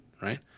right